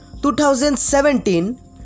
2017